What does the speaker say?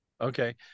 okay